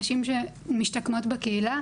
נשים שמשתקמות בקהילה,